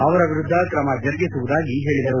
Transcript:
ಅವರ ವಿರುದ್ಧ ಕ್ರಮ ಜರುಗಿಸುವುದಾಗಿ ಹೇಳದರು